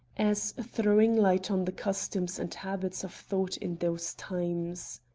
as throwing light on the customs and habits of thought in those times.